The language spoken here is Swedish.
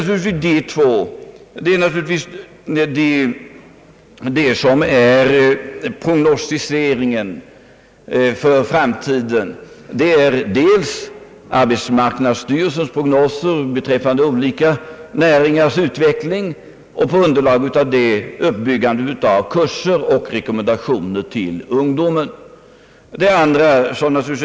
Prognostiseringen för framtiden omfattar alltså arbetsmarknadsstyrelsens prognoser beträffande olika näringars utveckling och på grundval av detta en överbyggnad av kurser och rekommendationer till ungdomen.